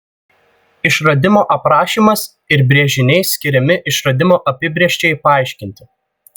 išradimo aprašymas ir brėžiniai skiriami išradimo apibrėžčiai paaiškinti